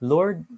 Lord